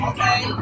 Okay